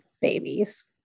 babies